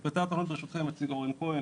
את פרטי התוכנית, ברשותכם, יציג אורן כהן.